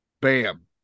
bam